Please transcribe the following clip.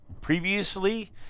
Previously